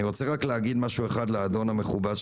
אני רוצה להגיד משהו לאדון אנגל,